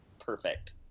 perfect